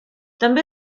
també